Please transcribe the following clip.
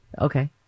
Okay